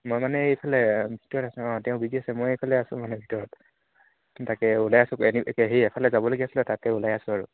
মই মানে এইফালে ভিতৰত আছোঁ অঁ তেওঁ বিজি আছে মই এইফালে আছোঁ মানে ভিতৰত তাকে ওলাই আছোঁ এনেই সেই এফালে যাবলগীয়া আছিলে তাকে ওলাই আছোঁ আৰু